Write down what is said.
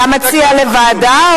אתה מציע להעביר לוועדה,